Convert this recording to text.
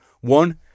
One